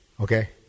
okay